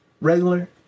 regular